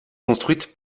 construite